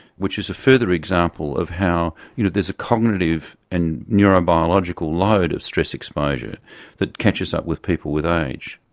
which is a further example of how you know there's a cognitive and neurobiological load of stress exposure that catches up with people with age.